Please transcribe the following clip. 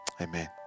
amen